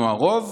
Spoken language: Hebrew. אנחנו הרוב,